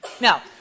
Now